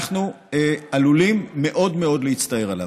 אנחנו עלולים מאוד מאוד להצטער עליו.